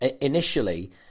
initially